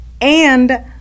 and-